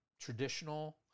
traditional